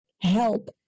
help